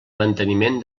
manteniment